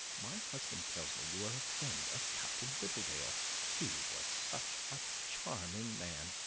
my husband tells me you are a friend of captain littledale he was such a charming man.